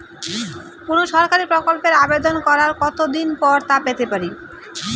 কোনো সরকারি প্রকল্পের আবেদন করার কত দিন পর তা পেতে পারি?